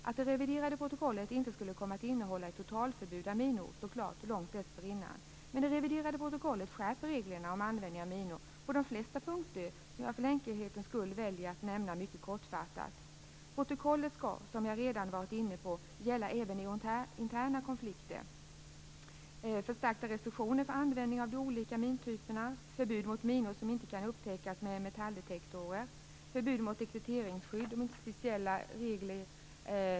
Att det reviderade protokollet inte kom att innehålla ett totalförbud mot minor stod klart långt dessförinnan. Men det reviderade protokollet skärper reglerna om användningen av minor på de flesta punkter, som jag för enkelhetens skull väljer att nämna mycket kortfattat. Protokollet skall, som jag redan har varit inne på, gälla även i interna konflikter. Det är förstärkta restriktioner för användning av de olika mintyperna. Förbud mot minor som inte kan upptäckas med metalldetektorer. Förbud mot detekteringsskydd.